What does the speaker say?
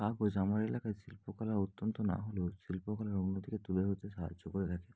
কাগজ আমার এলাকায় শিল্পকলা অত্যন্ত না হলেও শিল্প কলার উন্নতিকে তুলে ধরতে সাহায্য করে থাকে